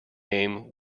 name